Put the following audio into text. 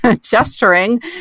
gesturing